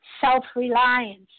self-reliance